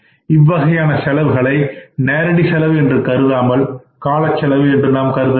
இவ்வகையான செலவுகளை நேரடி செலவு என்று கருதாமல் காலச்செலவு என்று கருதவேண்டும்